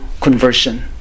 conversion